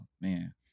man